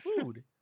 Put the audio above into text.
food